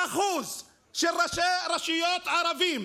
האחוז של ראשי הרשויות הערבים